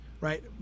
right